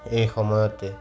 এই সময়তে